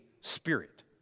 spirit